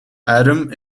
adam